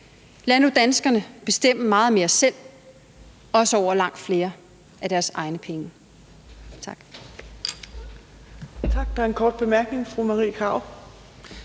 Lad nu danskerne bestemme meget mere selv, også over langt flere af deres egne penge. Tak.